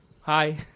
hi